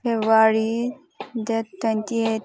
February date twenty eight